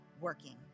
working